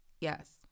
Yes